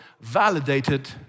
validated